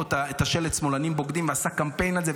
את השלט "שמאלנים בוגדים" ועשה קמפיין על זה,